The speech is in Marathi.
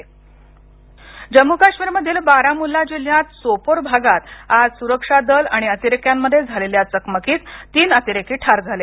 जम्म काश्मीर जम्मू काश्मीर मधील बारामुल्ला जिल्ह्यात सोपोर भागात आज सुरक्षा दल आणि अतिरेक्यामध्ये झालेल्या चकमकीत तीन अतिरेकी ठार झाले